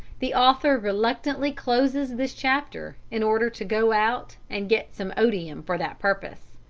the author reluctantly closes this chapter in order to go out and get some odium for that purpose.